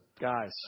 guys